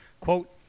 Quote